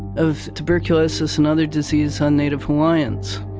of tuberculosis and other disease on native hawaiians.